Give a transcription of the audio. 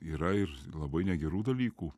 yra ir labai negerų dalykų